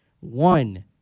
One